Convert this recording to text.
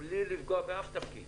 בלי לפגוע באף תפקיד